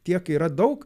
tiek yra daug